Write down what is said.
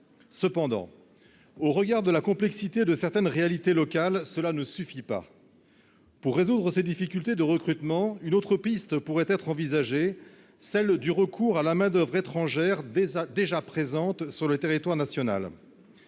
cependant, au regard de la complexité de certaines réalités locales, cela ne suffit pas pour résoudre ces difficultés de recrutement, une autre piste pourrait être envisagée, celle du recours à la main-d'oeuvre étrangère déjà déjà présentes sur le territoire national,